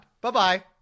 Bye-bye